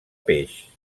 peix